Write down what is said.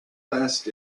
last